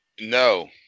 No